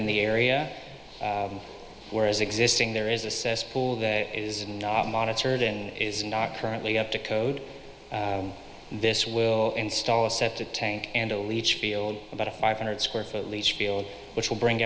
in the area where as existing there is a cess pool that is not monitored in is not currently up to code this will install a septic tank and a leach field about a five hundred square foot leach field which will bring